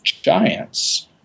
Giants